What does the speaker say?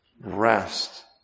Rest